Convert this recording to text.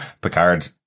Picard